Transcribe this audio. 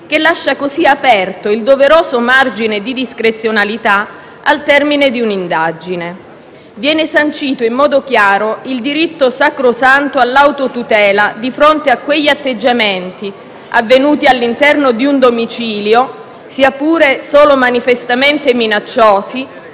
che lascia così aperto il doveroso margine di discrezionalità al termine di un'indagine. Viene sancito in modo chiaro il diritto sacrosanto all'autotutela di fronte a quegli atteggiamenti avvenuti all'interno di un domicilio, sia pure solo manifestamente minacciosi,